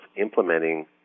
implementing